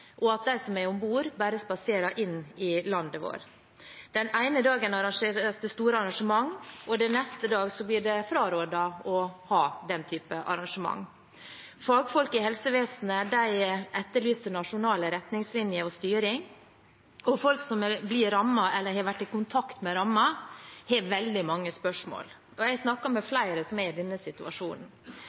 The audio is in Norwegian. og at de som er om bord, bare spaserer inn i landet vårt. Den ene dagen arrangeres det store arrangement, og den neste dagen blir det frarådet å ha den typen arrangement. Fagfolk i helsevesenet etterlyser nasjonale retningslinjer og styring, og folk som blir rammet eller har vært i kontakt med rammede, har veldig mange spørsmål. Jeg har snakket med flere som er i denne situasjonen.